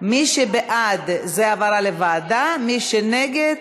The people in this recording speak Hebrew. מי שבעד, העברה לוועדה, ומי שנגד,